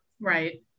Right